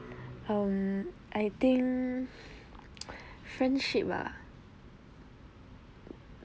um I think friendship ah err